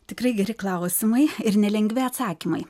tikrai geri klausimai ir nelengvi atsakymai